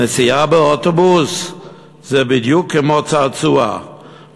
נסיעה באוטובוס זה בדיוק כמו צעצוע,